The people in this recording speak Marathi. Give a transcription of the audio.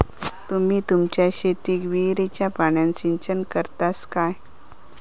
तुम्ही तुमच्या शेतीक विहिरीच्या पाण्यान सिंचन करतास काय?